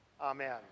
Amen